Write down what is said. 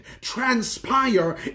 transpire